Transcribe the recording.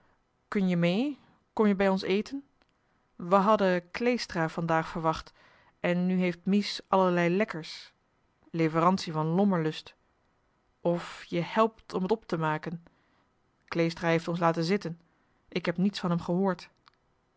in het deftige dorp je bij ons eten we hadden kleestra vandaag verwacht en nu heeft mies allerlei lekkers leverantie van lommerlust of je helpt om het op te maken kleestra heeft ons laten zitten ik heb niets van hem gehoord